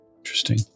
interesting